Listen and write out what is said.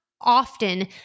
often